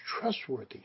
trustworthy